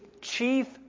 chief